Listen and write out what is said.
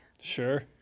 Sure